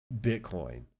Bitcoin